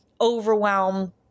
overwhelm